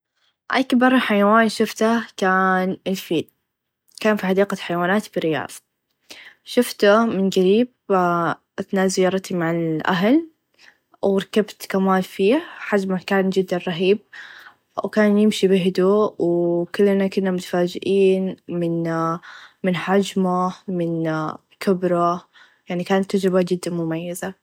أكبر حيوان شفته كان الفيل كان في حديقه حيوانات بالرياض شفته من قريب أثناء زيارتي مع الأهل و ركبت كمان فيه حس مكان چدا رهيب و كان يمشي بهدوء و كلنا كنا متفاچئين من حچمه من كبره يعني كان تچربه چدا مميزه.